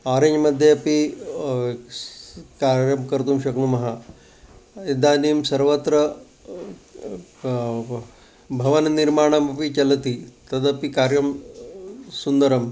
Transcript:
आरेञ्ज्मध्ये अपि कार्यं कर्तुं शक्नुमः इदानीं सर्वत्र भवनं निर्माणमपि चलति तदपि कार्यं सुन्दरम्